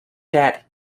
debt